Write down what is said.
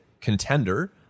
contender